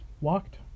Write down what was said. walked